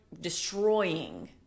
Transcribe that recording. destroying